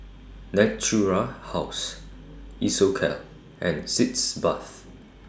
Natura House Isocal and Sitz Bath